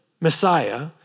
Messiah